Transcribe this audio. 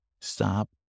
stop